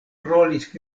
rolis